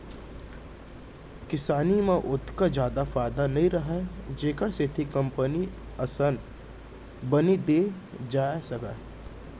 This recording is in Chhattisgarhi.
किसानी म ओतेक जादा फायदा नइ रहय जेखर सेती कंपनी असन बनी दे जाए सकय